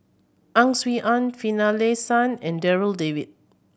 Ang Swee Aun Finlayson and Darryl David